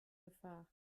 gefahr